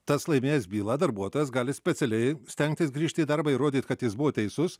tas laimėjęs bylą darbuotojas gali specialiai stengtis grįžti į darbą įrodyt kad jis buvo teisus